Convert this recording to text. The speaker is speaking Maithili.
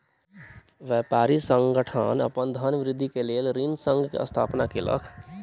व्यापारी संगठन अपन धनवृद्धि के लेल ऋण संघक स्थापना केलक